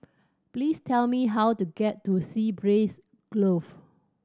please tell me how to get to Sea Breeze Grove